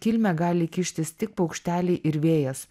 kilmę gali kištis tik paukšteliai ir vėjas